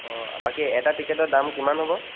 অঁ বাকী এটা টিকেটৰ দাম কিমান হ'ব